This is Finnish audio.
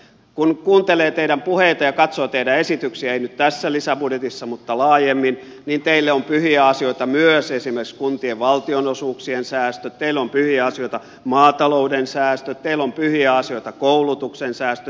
kun kuuntelee teidän puheitanne ja katsoo teidän esityksiänne ei nyt tässä lisäbudjetissa mutta laajemmin niin teille ovat pyhiä asioita myös esimerkiksi kuntien valtionosuuksien säästöt teille ovat pyhiä asioita maatalouden säästöt teille ovat pyhiä asioita koulutuksen säästöt